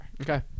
Okay